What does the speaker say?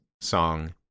song